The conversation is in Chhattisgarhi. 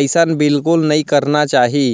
अइसन बिल्कुल नइ करना चाही